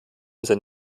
sein